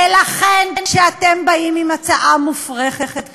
ולכן, כשאתם באים עם הצעה מופרכת כזו,